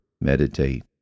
meditate